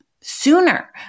sooner